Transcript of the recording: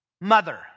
mother